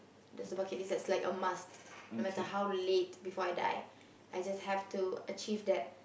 there's a bucket list result is like a must no matter how late before I die I just have to achieve that